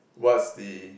what's the